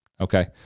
okay